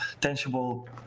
tangible